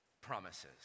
promises